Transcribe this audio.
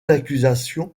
accusation